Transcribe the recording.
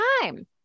time